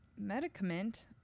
medicament